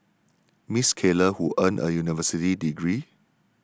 Miss Keller who earned a university degree